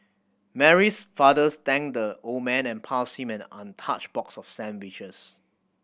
Mary's father's thanked the old man and passed him an untouched box of sandwiches